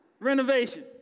Renovation